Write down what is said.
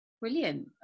brilliant